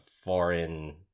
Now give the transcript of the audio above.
foreign